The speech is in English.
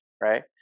right